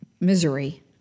Misery